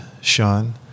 Sean